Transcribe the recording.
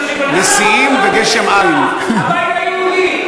לא מבינים.